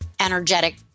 energetic